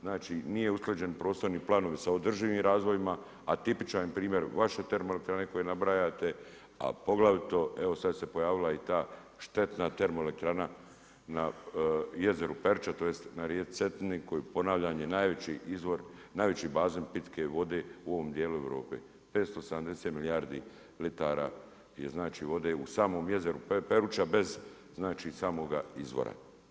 Znači, nije usklađen prostorni planovi sa održivim razvojima, a tipičan je primjer vaše termoelektrane koje nabrajate, a poglavito evo sad se pojavila i ta štetna termoelektrana na jezeru Peruča, tj. na rijeci Cetini koju ponavljam je najveći izvor, najveći bazen pitke vode u ovom dijelu Europe 570 milijardi litara je znači vode u samom jezeru Peruča, znači samoga izvora.